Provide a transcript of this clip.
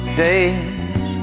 days